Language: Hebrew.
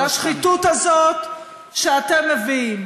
לשחיתות הזאת, שאתם מביאים.